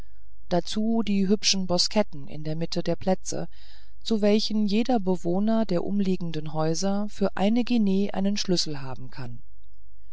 dazu die hübschen boskette in der mitte der plätze zu welchen jeder bewohner der umliegenden häuser für eine guinee einen schlüssel haben kann